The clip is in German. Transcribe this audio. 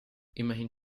immerhin